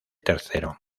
tercero